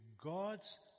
God's